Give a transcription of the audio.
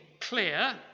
clear